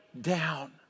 down